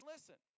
Listen